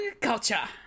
Culture